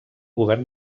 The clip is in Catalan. govern